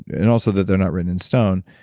and also that they're not written in stone,